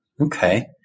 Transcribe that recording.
Okay